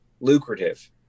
lucrative